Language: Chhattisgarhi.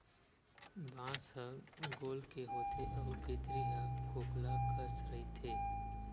बांस ह गोल के होथे अउ भीतरी ह खोखला कस रहिथे